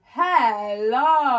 hello